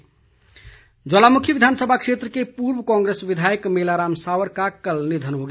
निधन शोक ज्वालामुखी विधानसभा क्षेत्र के पूर्व कांग्रेस विधायक मेलाराम सावर का कल निधन हो गया